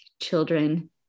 children